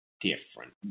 different